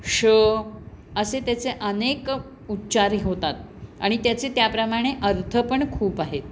ष असे त्याचे अनेक उच्चार होतात आणि त्याचे त्याप्रमाणे अर्थ पण खूप आहेत